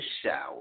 Shower